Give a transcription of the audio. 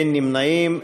אין נמנעים.